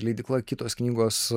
leidykla kitos knygos